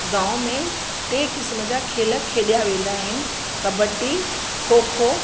गाव में टे क़िस्म जा खेल खेॾिया वेंदा आहिनि कॿटी खोखो